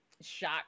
shock